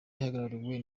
ihagarariwe